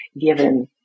given